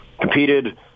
competed